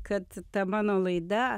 kad ta mano laida